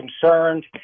concerned